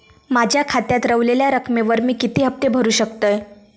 माझ्या खात्यात रव्हलेल्या रकमेवर मी किती हफ्ते भरू शकतय?